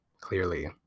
clearly